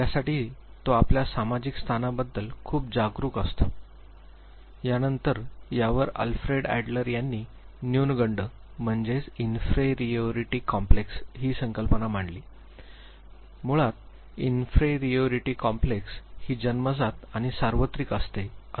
त्यासाठी तो आपल्या सामाजिक स्थानाबद्दल खूप जागरूक असतो यानंतर यावर अल्फ्रेड एडलर यांनी न्यूनगंड ही संकल्पना मांडली मुळात इन्फेरीयोरीटी कॉम्प्लेक्स ही जन्मजात आणि सार्वत्रिक असते असे त्यांचे म्हणणे होते